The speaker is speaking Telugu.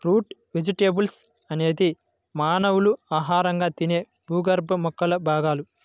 రూట్ వెజిటేబుల్స్ అనేది మానవులు ఆహారంగా తినే భూగర్భ మొక్కల భాగాలు